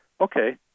Okay